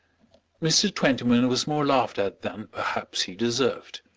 mr. twentyman was more laughed at than perhaps he deserved.